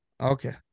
Okay